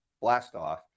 blastoff